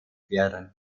werden